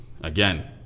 again